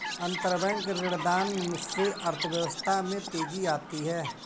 अंतरबैंक ऋणदान से अर्थव्यवस्था में तेजी आती है